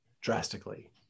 drastically